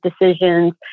decisions